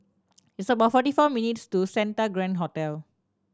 it's about forty four minutes' to Santa Grand Hotel